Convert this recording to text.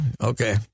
Okay